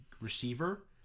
receiver